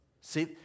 See